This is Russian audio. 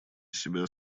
себя